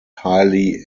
highly